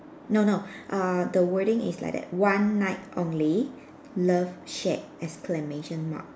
no no err the wording is like that one night only love shack exclamation mark